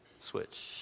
Switch